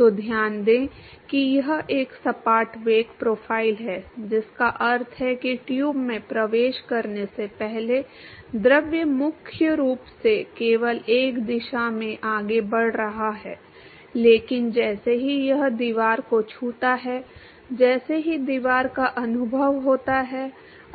तो ध्यान दें कि यह एक सपाट वेग प्रोफ़ाइल है जिसका अर्थ है कि ट्यूब में प्रवेश करने से पहले द्रव मुख्य रूप से केवल एक दिशा में आगे बढ़ रहा है लेकिन जैसे ही यह दीवार को छूता है जैसे ही दीवार का अनुभव होता है